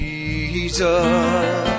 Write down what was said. Jesus